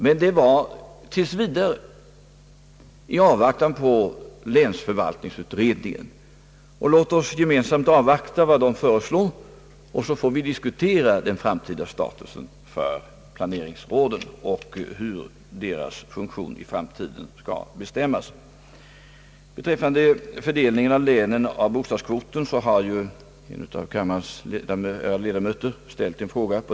Men detta gäller tills vidare i avvaktan på länsförvaltningsutredningen. Låt oss gemensamt avvakta detta förslag och sedan diskutera planeringsrådens framtida status och bestämma deras framtida funktion. Beträffande fördelningen på länen av bostadskvoten har en av kammarens ledamöter ställt en fråga.